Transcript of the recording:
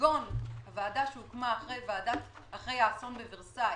כגון הוועדה שהוקמה אחרי האסון באולם ורסאי,